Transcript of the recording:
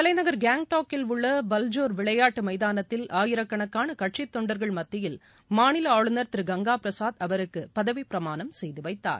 தலைநகர் கேங்டாக்கில் உள்ள பல்ஜோர் விளையாட்டு மைதானத்தில் ஆயிரக்கணக்காண கட்சித் தொண்டர்கள் மத்தியில் மாநில ஆளுநர் திரு கங்கா பிரசாத் அவருக்கு பதவி பிரமாணம் செய்து வைத்தார்